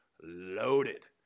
loaded